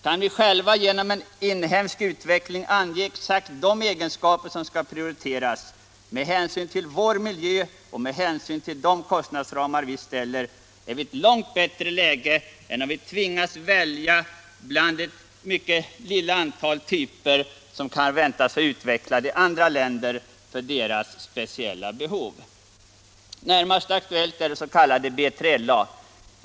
Kan vi själva genom en inhemsk utveckling ange exakt de egenskaper som skall prioriteras med hänsyn till vår miljö och de kostnadsramar vi bestämmer, är vi i ett långt bättre läge än om vi tvingas välja bland det mycket ringa antal typer som kan väntas ha utvecklats i andra länder för deras speciella behov. Närmast aktuellt är det s.k. BILA.